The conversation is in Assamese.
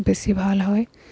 বেছি ভাল হয়